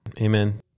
Amen